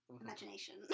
imagination